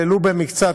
ולו במקצת,